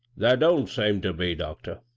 thar don't seem ter be, doctor,